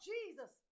Jesus